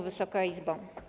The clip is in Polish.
Wysoka Izbo!